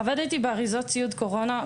עבדתי באריזת ציוד קורונה,